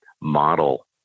model